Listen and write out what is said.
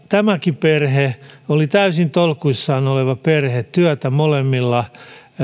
tämäkin perhe oli täysin tolkuissaan oleva perhe työtä molemmilla